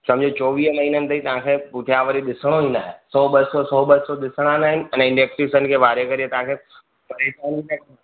सम्झो चोवीह महीननि ताईं तव्हांखे पुठियां वरी ॾिसणो ई न आहे सौ ॿ सौ सौ ॿ सौ ॾिसणा न आहिनि अने इलेक्ट्रीशन वारे खे तव्हांखे परेशानी न